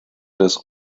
des